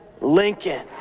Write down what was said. lincoln